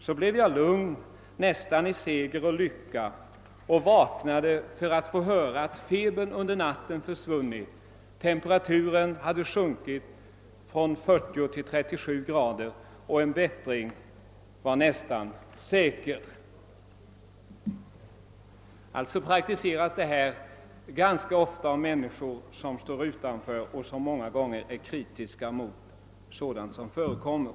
Så blev jag lugn, nästan i seger och lycka, och vaknade för att få höra att febern under natten försvunnit — temperaturen hade sjunkit från över 40 till under 37 mankomst grader — och en bättring var nästan säker.» Detta praktiseras alltså ganska ofta av människor som står utanför kyrkorna och som många gånger är kritiska mot sådant som där förekommer.